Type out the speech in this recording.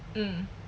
mm